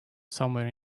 somewhere